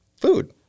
food